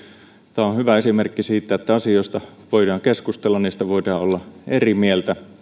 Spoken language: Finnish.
tämä on on hyvä esimerkki siitä että asioista voidaan keskustella niistä voidaan olla eri mieltä